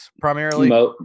primarily